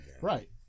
Right